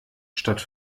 statt